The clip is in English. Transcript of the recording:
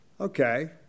Okay